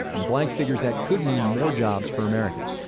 and blank figures that could mean more jobs for americans.